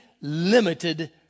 limited